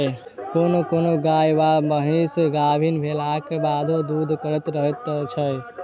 कोनो कोनो गाय वा महीस गाभीन भेलाक बादो दूध करैत रहैत छै